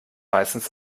meistens